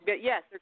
Yes